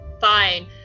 fine